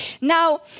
Now